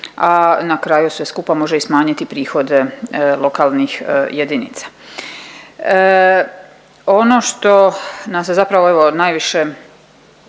a na kraju se sve skupa može i smanjiti prihode lokalnih jedinica. Ono što nam se zapravo evo najviše